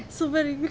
super ring